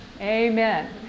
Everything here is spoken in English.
Amen